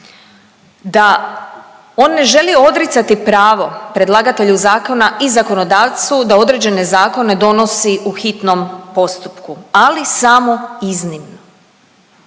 da on ne želi odricati pravo predlagatelju zakona i zakonodavcu da određene zakone donosi u hitnom postupku, ali samo iznimno